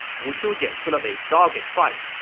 wu qiujian put up a dogged fight,